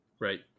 Right